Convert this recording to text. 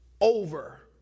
over